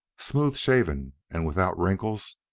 smooth-shaven and without wrinkles,